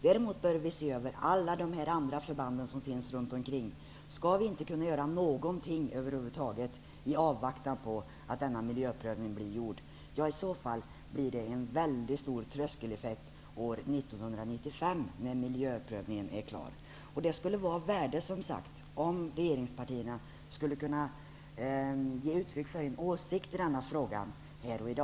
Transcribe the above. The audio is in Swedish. Däremot bör vi se över alla de andra förbanden. Är det verkligen så att vi inte kan göra någonting över huvud taget i avvaktan på att miljöprövningen blir gjord? Om det är så, blir tröskeleffekten väldigt stor 1995 när miljöprövningen är klar. Det skulle, som sagt, vara av värde om regeringspartierna kunde ge uttryck för en åsikt i denna fråga här och nu.